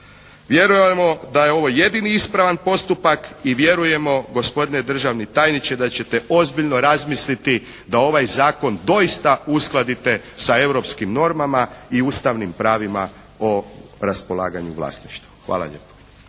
Vjerujemo da je ovo jedini ispravan postupak i vjerujemo gospodine državni tajniče da ćete ozbiljno razmisliti da ovaj zakon doista uskladite sa europskim normama i ustavnim pravima o raspolaganju vlasništvom. Hvala lijepo.